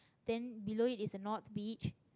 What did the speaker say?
then below is a north-beach